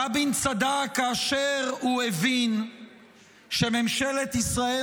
רבין צדק כשאמר --- רבין צדק כאשר הוא הבין שממשלת ישראל